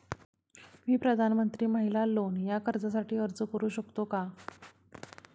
मी प्रधानमंत्री महिला लोन या कर्जासाठी अर्ज करू शकतो का?